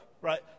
right